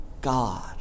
God